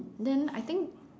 then I think